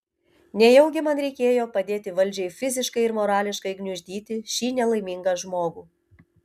nejaugi man reikėjo padėti valdžiai fiziškai ir morališkai gniuždyti šį nelaimingą žmogų